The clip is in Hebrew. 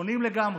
שונים לגמרי: